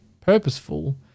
purposeful